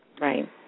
Right